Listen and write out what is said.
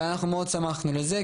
מאוד שמחנו על זה,